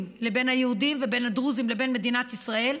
לבין היהודים ובין הדרוזים לבין מדינת ישראל.